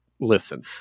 listen